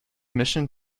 mission